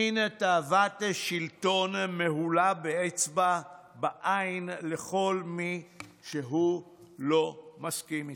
מין תאוות שלטון מהולה באצבע בעין לכל מי שהוא לא מסכים איתכם.